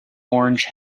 orange